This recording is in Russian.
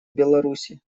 беларуси